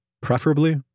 preferably